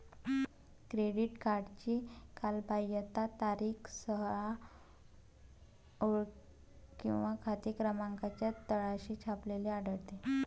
credit कार्डची कालबाह्यता तारीख सहसा सोळा अंकी खाते क्रमांकाच्या तळाशी छापलेली आढळते